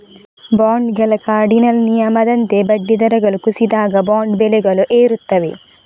ಬಾಂಡುಗಳ ಕಾರ್ಡಿನಲ್ ನಿಯಮದಂತೆ ಬಡ್ಡಿ ದರಗಳು ಕುಸಿದಾಗ, ಬಾಂಡ್ ಬೆಲೆಗಳು ಏರುತ್ತವೆ